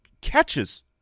catches